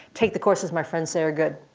take the courses my friends say are good.